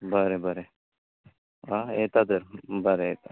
बरें बरें आं येता तर बरें येता